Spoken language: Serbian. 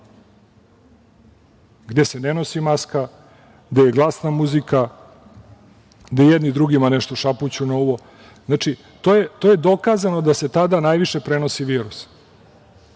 gde se ne nosi maska, gde je glasna muzika, gde jedni drugima nešto šapuću na uvo. Znači, to je dokazano da se tada najviše prenosi virus.